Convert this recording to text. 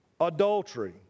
Adultery